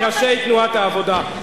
מראשי תנועת העבודה.